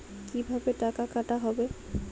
কিভাবে টাকা কাটা হবে?